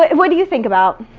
but what do you think about?